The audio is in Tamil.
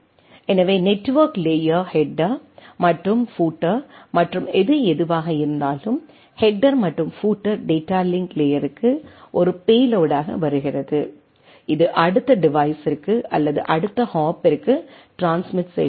எனவே நெட்வொர்க் லேயர் ஹெட்டர் மற்றும் பிஃயூட்டர் மற்றும் எது எதுவாக இருந்தாலும் ஹெட்டர் மற்றும் பிஃயூட்டர் டேட்டா லிங்க் லேயருக்கு ஒரு பேலோடாக வருகிறது இது அடுத்த டிவைஸ்ஸிற்கு அல்லது அடுத்த ஹாப்பிற்கு ட்ரான்ஸ்மிட் செய்கிறது